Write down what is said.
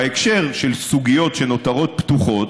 בהקשר של סוגיות שנותרות פתוחות,